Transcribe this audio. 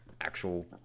actual